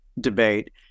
debate